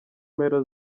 mpera